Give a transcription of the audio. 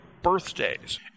birthdays